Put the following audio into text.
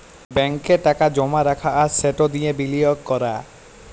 ব্যাংকে টাকা জমা রাখা আর সেট দিঁয়ে বিলিয়গ ক্যরা